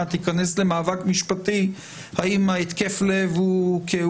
האם תיכנס למאבק משפטי האם התקף הלב נגרם מכך